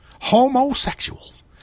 homosexuals